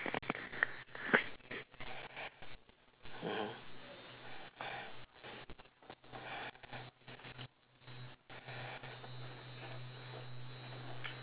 mmhmm